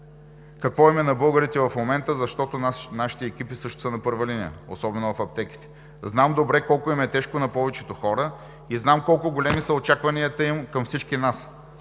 какво им е на българите в момента, защото нашите екипи също са на първа линия, особено в аптеките. Знам добре колко им е тежко на повечето хора и знам колко големи са очакванията им към всички нас.